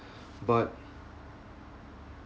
but